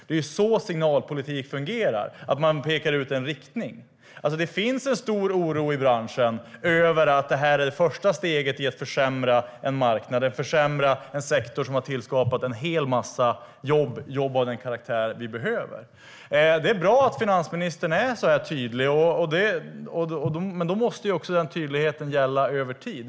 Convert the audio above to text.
Det är så signalpolitik fungerar, det vill säga att en riktning pekas ut. Det finns en stor oro i branschen över att detta är ett första steg i att försämra en sektor som har skapat en mängd jobb av den karaktär vi behöver. Det är bra att finansministern är tydlig, och då måste tydligheten gälla över tid.